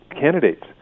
candidates